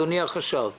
אדוני החשב ואנשיך,